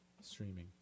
streaming